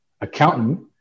accountant